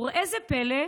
וראה זה פלא,